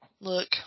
Look